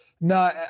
No